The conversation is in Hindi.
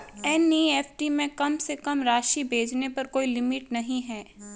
एन.ई.एफ.टी में कम से कम राशि भेजने पर कोई लिमिट नहीं है